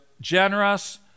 generous